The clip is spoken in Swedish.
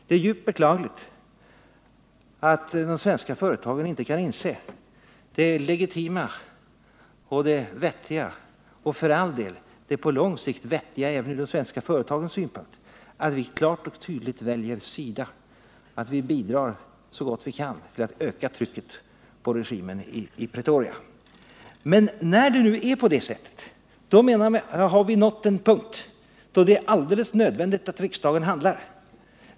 Det är djupt beklagligt att de svenska företagen inte kan inse det legitima och på lång sikt vettiga även ur deras synpunkt i att vi klart och tydligt väljer sida, att vi bidrar så gott vi kan till att öka trycket på regimen i Pretoria. Men är det nu på det sättet, då har vi nått den punkt där det är alldeles nödvändigt att riksdagen handlar.